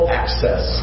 access